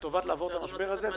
כדי לעבור את המשבר הזה.